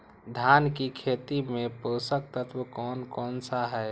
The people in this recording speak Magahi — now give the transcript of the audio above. धान की खेती में पोषक तत्व कौन कौन सा है?